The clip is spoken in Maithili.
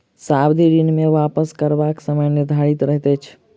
सावधि ऋण मे वापस करबाक समय निर्धारित रहैत छै